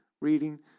reading